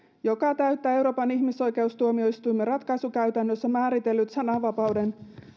joka täyttää euroopan ihmisoikeustuomioistuimen ratkaisukäytännössä määritellyt sananvapauden